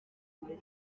muri